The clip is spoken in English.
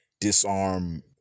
disarm